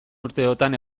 urteotan